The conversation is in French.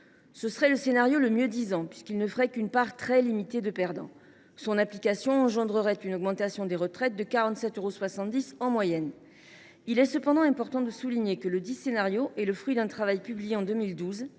serait le « mieux disant », puisqu’il ne ferait qu’une part très limitée de perdants. Son application engendrerait une augmentation des retraites de 47,70 euros en moyenne. Il est cependant important de souligner que ledit scénario est le fruit d’un travail publié en 2012,